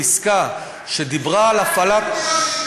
פסקה שדיברה על הפעלת,